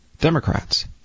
Democrats